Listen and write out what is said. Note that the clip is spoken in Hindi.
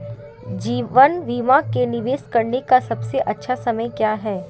जीवन बीमा में निवेश करने का सबसे अच्छा समय क्या है?